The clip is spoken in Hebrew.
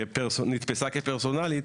נתפסה כפרסונלית,